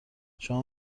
شما